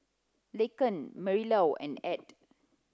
Laken Marilou and Add